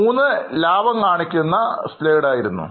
മൂന്ന് ലാഭം കാണിക്കുന്ന Slide ആയിരുന്നു